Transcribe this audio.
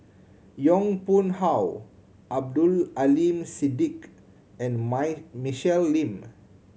Yong Pung How Abdul Aleem Siddique and Michelle Lim